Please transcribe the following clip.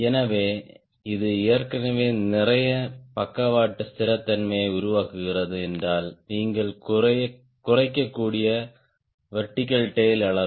எனவே இது ஏற்கனவே நிறைய பக்கவாட்டு ஸ்திரத்தன்மையை உருவாக்குகிறது என்றால் நீங்கள் குறைக்கக்கூடிய வெர்டிகல் டேய்ல் அளவு